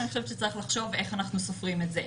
ואני חושבת שצריך לחשוב איך אנחנו סופרים את זה.